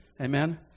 Amen